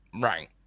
Right